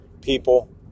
people